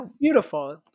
Beautiful